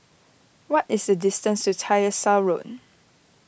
what is the distance to Tyersall Road